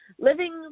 living